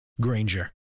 Granger